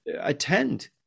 attend